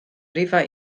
rhifau